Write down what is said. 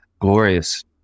glorious